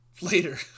later